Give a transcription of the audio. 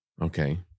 Okay